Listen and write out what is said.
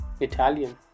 Italian